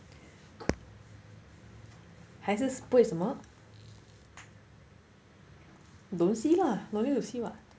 还是不会什么 don't see lah don't need to see [what]